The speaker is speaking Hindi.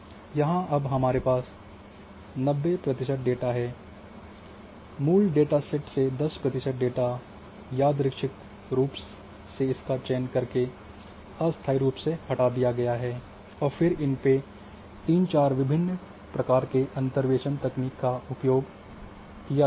यहाँ अब हमारे पास 90 प्रतिशत डेटा हैं मूल डेटा सेट से 10 प्रतिशत डेटा यादृच्छिक रूप से का चयन करके अस्थायी रूप से हटा दिया गया है और फिर उन पर तीन चार विभिन्न प्रकार की अंतर्वेशन तकनीक का उपयोग करते हैं